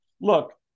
look